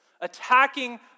attacking